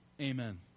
Amen